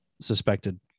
suspected